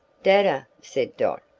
dadda, said dot,